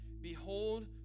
behold